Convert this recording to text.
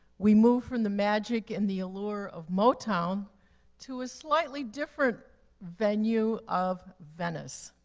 we move from the magic and the allure of motown to a slightly different venue of venice.